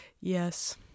Yes